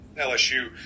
LSU